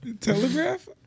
telegraph